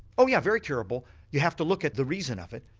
oh yeah, very curable, you have to look at the reason of it.